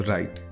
Right